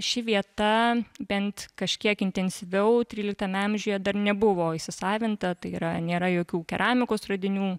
ši vieta bent kažkiek intensyviau tryliktame amžiuje dar nebuvo įsisavinta tai yra nėra jokių keramikos radinių